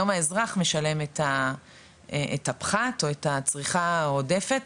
היום האזרח משלם את הפחת או הצריכה העודפת,